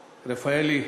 רפאלי: